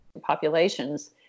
populations